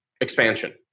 expansion